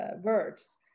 words